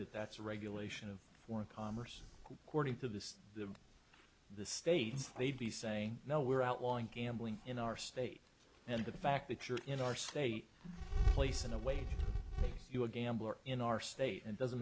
that that's regulation of one commerce according to this the the state they'd be saying no we're outlawing gambling in our state and the fact that you're in our state police in a way you a gambler in our state and doesn't